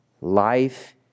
life